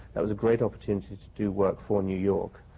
that was a great opportunity to do work for new york.